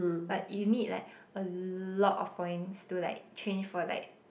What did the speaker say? but you need like a lot of points to like change for like